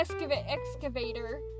excavator